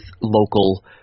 local